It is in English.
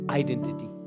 identity